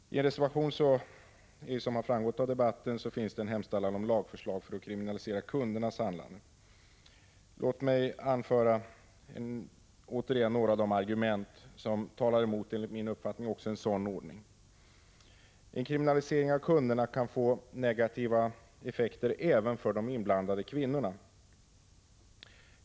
I en reservation hemställs, som framgått av debatten, om förslag till lag för att kriminalisera kundernas handlande. Låt mig återigen anföra några av de argument som enligt min uppfattning talar emot också en sådan ordning. En kriminalisering av kunderna kan få negativa effekter även för de inblandade kvinnorna.